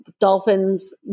dolphins